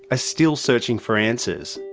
ah still searching for answers.